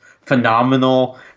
phenomenal